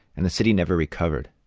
and the city never recovered.